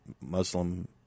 Muslim